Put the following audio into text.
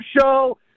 show